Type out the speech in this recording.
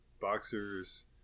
boxers